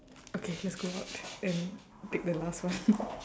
okay let's go out and take the last one